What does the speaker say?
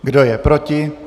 Kdo je proti?